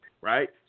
right